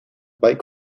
bike